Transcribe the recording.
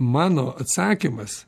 mano atsakymas